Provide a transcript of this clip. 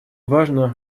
важно